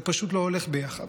זה פשוט לא הולך יחד.